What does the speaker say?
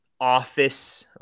office